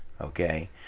Okay